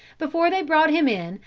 before they brought him in,